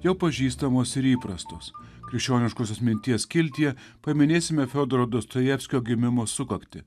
jau pažįstamos ir įprastos krikščioniškosios minties skiltyje paminėsime fiodoro dostojevskio gimimo sukaktį